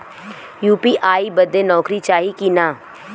UPI बदे नौकरी चाही की ना?